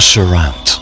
Surround